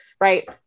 right